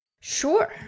Sure